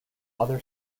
other